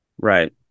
Right